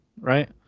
right